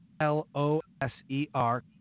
L-O-S-E-R